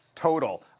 total.